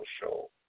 show